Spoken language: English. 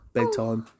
Bedtime